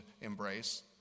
embrace